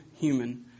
human